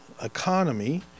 economy